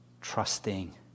trusting